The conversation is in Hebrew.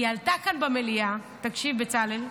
היא עלתה כאן במליאה, תקשיב, בצלאל,